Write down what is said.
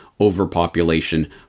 overpopulation